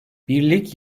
birlik